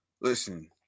Listen